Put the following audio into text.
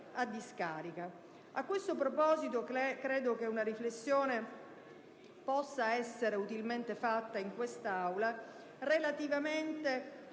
a discarica. A questo riguardo, credo che una riflessione possa essere utilmente fatta in quest'Aula relativamente